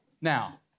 Now